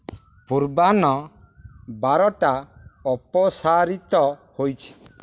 ପୂର୍ବାହ୍ନ ବାରଟା ଅପସାରିତ ହୋଇଛି